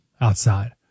outside